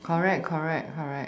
correct correct